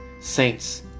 Saints